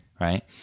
right